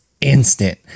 instant